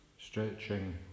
Stretching